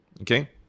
Okay